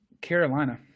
Carolina